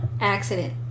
accident